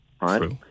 right